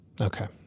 Okay